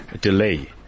delay